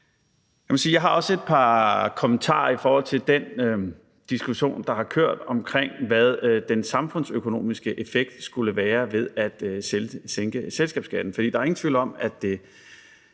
Jeg har også et par kommentarer til den diskussion, der har kørt, omkring, hvad den samfundsøkonomiske effekt skulle være ved at sænke selskabsskatten. For der er ingen tvivl om, at det